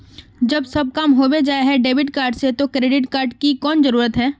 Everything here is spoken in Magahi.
जब सब काम होबे जाय है डेबिट कार्ड से तो क्रेडिट कार्ड की कोन जरूरत है?